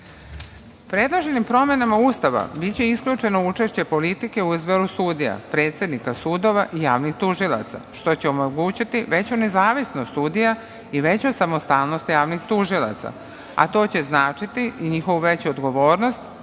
referendum. Predloženim promena Ustava biće isključeno učešće politike u izboru sudija, predsednika sudova i javnih tužilaca što će omogućiti veću nezavisnost sudija i veću samostalnost javnih tužilaca, a to će značiti i njihovu veću odgovornost